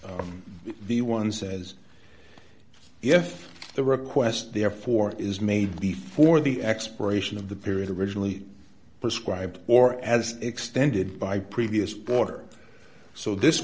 but the one says if the request therefore is made before the expiration of the period of originally prescribed or as extended by previous border so this